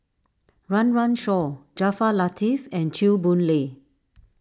Run Run Shaw Jaafar Latiff and Chew Boon Lay